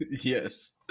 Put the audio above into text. Yes